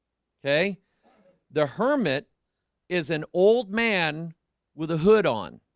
okay the hermit is an old man with a hood on